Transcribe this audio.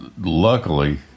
luckily